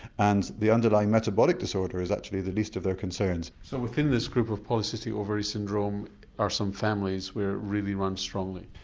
and the underlying metabolic disorder is actually the least of their concerns. so within this group of polycystic ovary syndrome are some families where it really runs strongly?